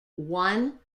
one